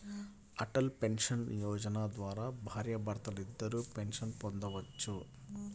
Atal pension Yojana ద్వారా భార్యాభర్తలిద్దరూ pension పొందొచ్చు